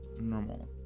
normal